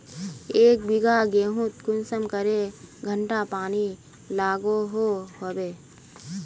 एक बिगहा गेँहूत कुंसम करे घंटा पानी लागोहो होबे?